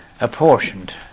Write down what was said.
apportioned